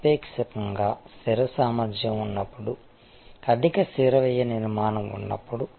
సాపేక్షంగా స్థిర సామర్థ్యం ఉన్నపుడు అధిక స్థిర వ్యయ నిర్మాణం ఉన్నప్పుడు